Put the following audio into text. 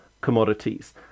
commodities